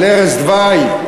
על ערש דווי,